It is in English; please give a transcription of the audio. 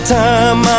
time